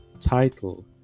title